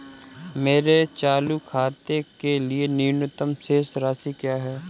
मेरे चालू खाते के लिए न्यूनतम शेष राशि क्या है?